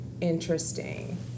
interesting